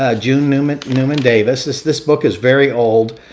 ah june newman newman davis, this this book is very old,